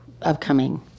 upcoming